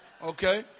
Okay